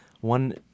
one